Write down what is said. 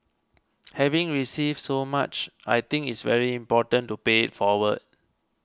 having received so much I think it's very important to pay it forward